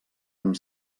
amb